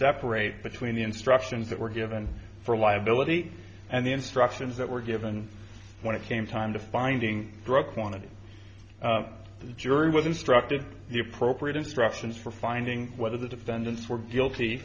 separate between the instructions that were given for liability and the instructions that were given when it came time to finding drug quantity the jury was instructed the appropriate instructions for finding whether the defendants were guilty